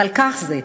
אבל כך זה.